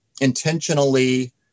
intentionally